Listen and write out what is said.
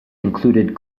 included